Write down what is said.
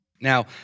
Now